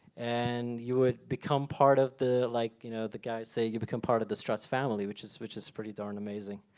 and you would become part of the like you know the guys say, you become part of the struts family, which is which is pretty darn amazing.